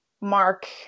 Mark